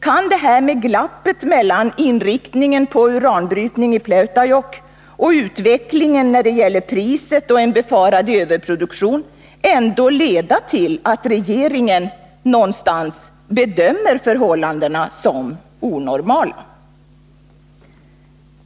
Kan det här med glappet mellan inriktningen på uranbrytning i Pleutajokk och utvecklingen när det gäller priset och en befarad överproduktion ändå leda till att regeringen någonstans bedömer förhållandena som onormala?